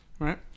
Right